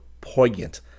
poignant